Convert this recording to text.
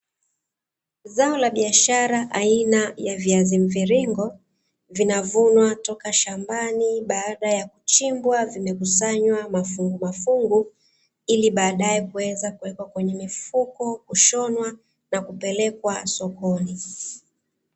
Zao la biashara aina ya viazi mviringo vinavunwa toka shambani baada ya kuchimbwa zimekusanywa mafungu mafungu, ili baadae kuweza kuwekwa kwenye mifuko, kushonwa na kupelekwa sokoni.